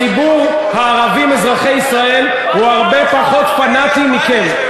ציבור הערבים אזרחי ישראל הוא הרבה פחות פנאטי מכם.